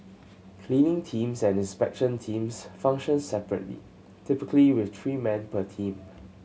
cleaning teams and inspection teams function separately typically with three men per team